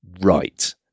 right